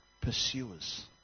pursuers